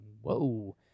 Whoa